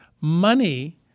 money